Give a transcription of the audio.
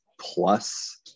plus